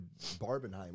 Barbenheimer